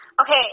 Okay